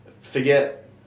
forget